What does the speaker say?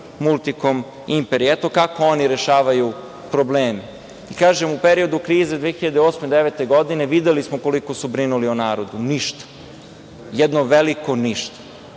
„Multikom“ imperiji. Eto kako oni rešavaju probleme. Kažem, u periodu krize 2008/2009 godine videli smo koliko su brinuli o narodu - ništa. Jedno veliko ništa.